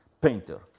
painter